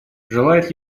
желает